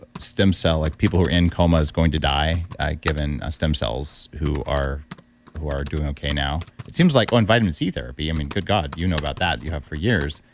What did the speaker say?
but stem cell, like people who are in comas, going to die, given stem cells, who are who are doing okay now. it seems like, oh, and vitamin c therapy, i mean, good god, you know about that, you have for years.